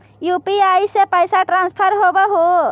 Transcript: UPI से पैसा transfer होवहै?